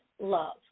love